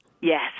Yes